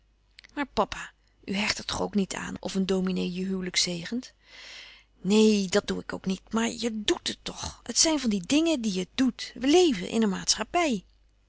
maar papa u hecht er toch ook niet aan of een dominee je huwelijk zegent neen dat doe ik ook niet maar je doet het toch het zijn van die dingen die je doet we leven in een maatschappij